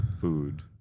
food